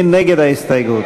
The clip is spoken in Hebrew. מי נגד ההסתייגות?